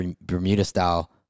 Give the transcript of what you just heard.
Bermuda-style